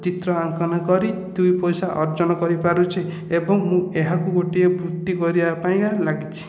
ଚିତ୍ର ଅଙ୍କନ କରି ଦୁଇ ପଇସା ଅର୍ଜନ କରିପାରୁଛି ଏବଂ ମୁଁ ଏହାକୁ ଗୋଟିଏ ବୃତ୍ତି କରିବାପାଇଁ ଲାଗିଛି